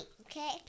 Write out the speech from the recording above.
okay